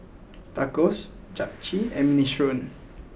Tacos Japchae and Minestrone